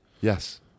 Yes